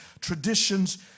traditions